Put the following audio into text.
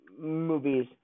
movies